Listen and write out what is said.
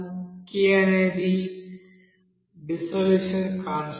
kd అనేది dissolution constant